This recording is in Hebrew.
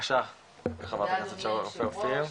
בבקשה חברת הכנסת רופא-אופיר.